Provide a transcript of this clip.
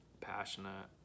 passionate